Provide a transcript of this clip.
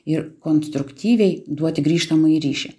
ir konstruktyviai duoti grįžtamąjį ryšį